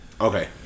Okay